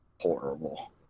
horrible